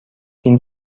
این